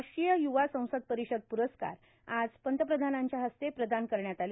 राष्ट्रीय युवा संसद परिषद पुरस्कार आज पंतप्रधानांच्या हस्ते प्रदान करण्यात आले